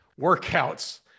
workouts